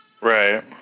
right